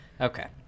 Okay